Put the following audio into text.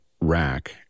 rack